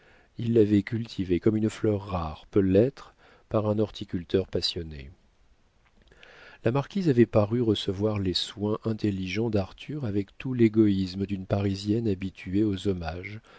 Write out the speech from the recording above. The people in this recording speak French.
il l'avait cultivée comme une fleur rare peut l'être par un horticulteur passionné la marquise avait paru recevoir les soins intelligents d'arthur avec tout l'égoïsme d'une parisienne habituée aux hommages